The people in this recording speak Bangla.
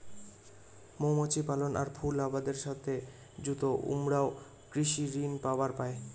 মৌমাছি পালন আর ফুল আবাদের সথে যুত উমরাও কৃষি ঋণ পাবার পায়